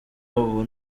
ubu